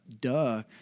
duh